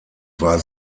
war